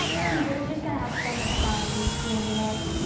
and they're just gonna have so much fun seeing this.